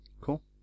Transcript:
Cool